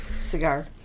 cigar